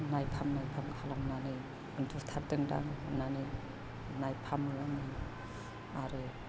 नायफाम नायफाम खालामनानै उन्दुथाबदोंदां होननानै नायफामो आरो